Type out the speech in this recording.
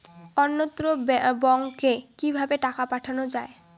অন্যত্র ব্যংকে কিভাবে টাকা পাঠানো য়ায়?